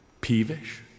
peevish